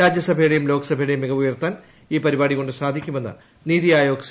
രാജ്യസഭയുടേയും ലോക്സഭയുടേയും മിക്ട്രവുയർത്താൻ ഈ പരിപാടി കൊണ്ട് സാധിക്കുമെന്ന് നിതി ആയോഗ് സി